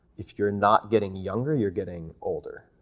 if you're not getting younger, you're getting older.